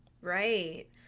Right